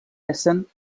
hessen